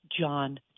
john